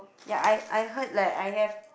ya I I heard like I have